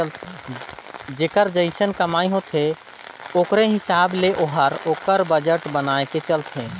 जेकर जइसन कमई होथे ओकरे हिसाब ले ओहर ओकर बजट बनाए के चलथे